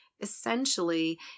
essentially